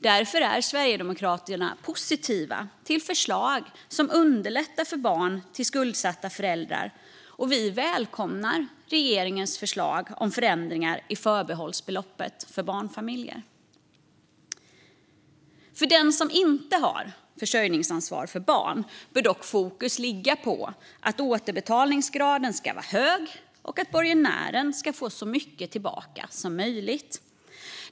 Därför är Sverigedemokraterna positiva till förslag som underlättar för barn till skuldsatta föräldrar. Vi välkomnar regeringens förslag om förändringar i förbehållsbeloppet för barnfamiljer. För den som inte har försörjningsansvar för barn bör fokus dock ligga på att återbetalningsgraden ska vara hög och att borgenären ska få så mycket tillbaka som möjligt.